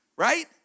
Right